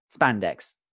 spandex